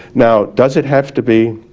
now does it have to be.